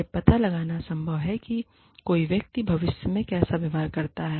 यह पता लगाना संभव नहीं है कि कोई व्यक्ति भविष्य में कैसा व्यवहार करेगा